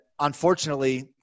Unfortunately